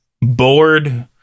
bored